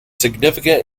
significant